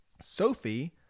Sophie